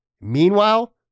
Meanwhile